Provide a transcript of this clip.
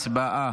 הצבעה.